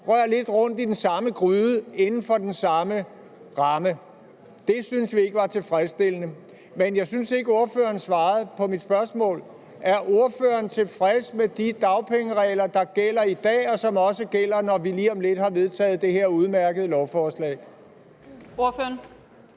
røre lidt rundt i den samme gryde inden for den samme ramme. Det synes vi ikke var tilfredsstillende. Men jeg synes ikke, at ordføreren svarede på mit spørgsmål: Er ordføreren tilfreds med de dagpengeregler, der gælder i dag, og som også gælder, når vi lige om lidt har vedtaget det her udmærkede lovforslag? Kl.